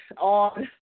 on